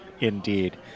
Indeed